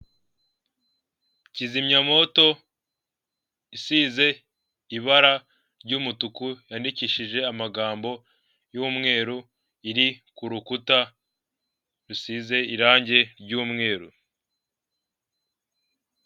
Utu ni utuzu tw'abajenti ba emutiyeni ndetse dukikijwe n'ibyapa bya eyeteri na bakiriya babagannye bari kubaha serivise zitandukanye.